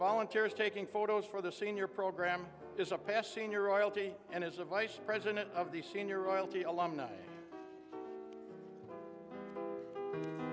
volunteers taking photos for the senior program is a past senior royalty and is a vice president of the senior royalty alumn